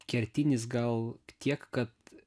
kertinis gal tiek kad